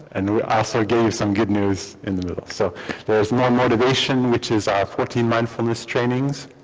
and we also give some good news in the middle. so there is more motivation which is our fourteen mindfulness trainings.